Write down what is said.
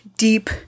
deep